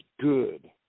good